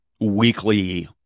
weekly